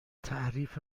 تعریف